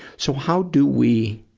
so how do we